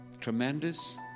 Tremendous